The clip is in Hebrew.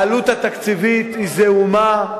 העלות התקציבית היא זעומה,